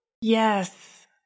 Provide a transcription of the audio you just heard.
Yes